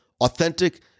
authentic